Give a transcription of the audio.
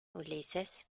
ulises